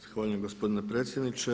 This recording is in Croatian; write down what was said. Zahvaljujem gospodine predsjedniče.